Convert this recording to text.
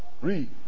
read